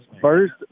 first